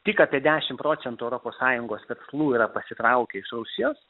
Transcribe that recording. tik apie dešimt procentų europos sąjungos verslų yra pasitraukę iš rusijos